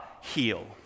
heal